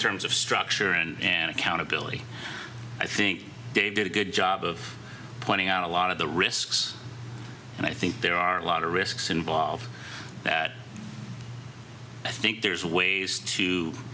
terms of structure and accountability i think dave did a good job of pointing out a lot of the risks and i think there are a lot of risks involved that i think there's ways to